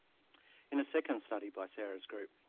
in a second study by sarah's group,